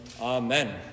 Amen